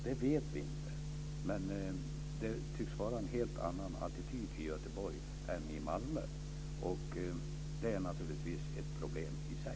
Det vet vi inte, men det tycks vara en helt annan attityd i Göteborg än i Malmö. Det är naturligtvis ett problem i sig.